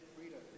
freedom